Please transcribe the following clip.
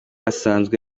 asanzwe